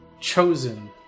chosen